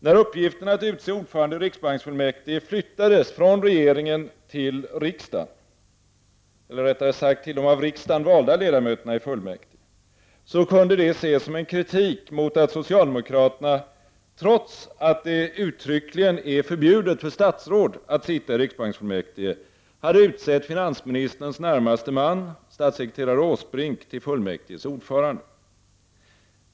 Att uppgiften att utse ordförande i riksbanksfullmäktige flyttades från regeringen till de av riksdagen valda ledamöterna i fullmäktige kunde uppfattas som kritik mot att socialdemokraterna, trots att det uttryckligen är förbjudet för statsråd att sitta i riksbanksfullmäktige, hade utsett finansministerns närmaste man, statssekreterare Åsbrink, till fullmäktiges ordförande.